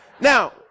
Now